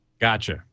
Gotcha